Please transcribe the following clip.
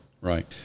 right